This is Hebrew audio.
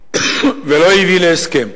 ירושלים, ולא הביא להסכם.